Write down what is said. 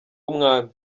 w’umwami